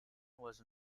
was